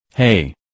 Hey